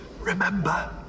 Remember